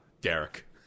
Derek